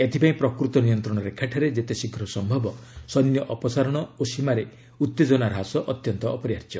ଏଥିପାଇଁ ପ୍ରକୃତ ନିୟନ୍ତ୍ରଣ ରେଖାଠାରେ ଯେତେ ଶୀଘ୍ର ସମ୍ଭବ ସୈନ୍ୟ ଅପସାରଣ ଓ ସୀମାରେ ଉତ୍ତେଜନା ହ୍ରାସ ଅତ୍ୟନ୍ତ ଅପରିହାର୍ଯ୍ୟ